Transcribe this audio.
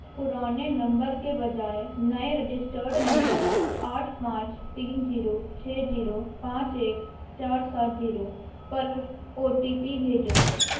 پرانے نمبر کے بجائے نئے رجسٹرڈ نمبر آٹھ پانچ تین جیرو چھ جیرو پانچ ایک چار سات جیرو پر او ٹی پی بھیجو